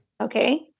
Okay